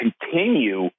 continue